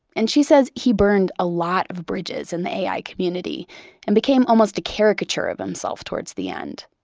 and she says he burned a lot of bridges in the ai community and became almost a caricature of himself towards the end.